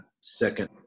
second